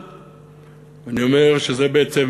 ואני אומר שזה בעצם